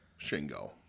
Shingo